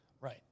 Right